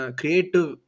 creative